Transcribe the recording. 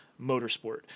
motorsport